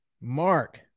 Mark